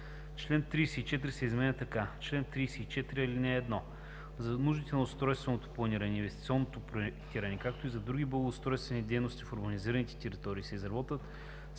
Член 34 се изменя така: „Чл. 34. (1) За нуждите на устройственото планиране и инвестиционното проектиране, както и за други благоустройствени дейности в урбанизираните територии, се изработват